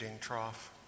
trough